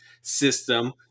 system